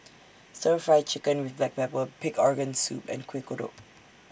Stir Fry Chicken with Black Pepper Pig Organ Soup and Kuih Kodok